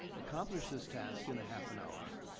accomplish this task in a half an hour,